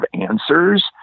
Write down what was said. answers